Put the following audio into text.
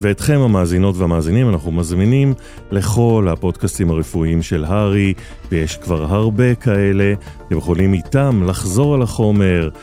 ואתכם, המאזינות והמאזינים, אנחנו מזמינים לכל הפודקאסטים הרפואיים של הר"י, ויש כבר הרבה כאלה, אתם יכולים אתם לחזור על החומר.